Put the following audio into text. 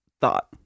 thought